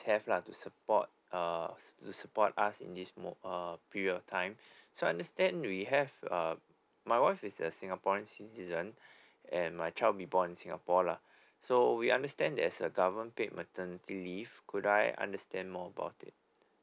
have lah to support uh to support us in this more uh period of time so understand we have uh my wife is a singaporean citizen and my child'll be born in singapore lah so we understand there's a government paid maternity leave could I understand more about it